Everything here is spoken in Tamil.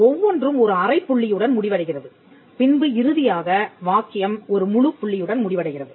ஒவ்வொன்றும் ஒரு அரைப் புள்ளியுடன் முடிவடைகிறது பின்பு இறுதியாக வாக்கியம் ஒரு முழுப்புள்ளியுடன் முடிவடைகிறது